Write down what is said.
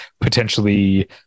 potentially